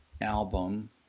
album